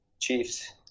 Chiefs